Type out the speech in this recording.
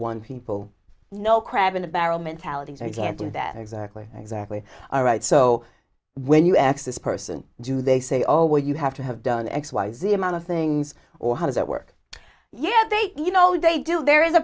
one people no crab in a barrel mentality is i can't do that exactly exactly all right so when you access person do they say oh well you have to have done x y z amount of things or how does it work yet they you know they do there is a